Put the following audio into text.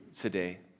today